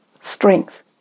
strength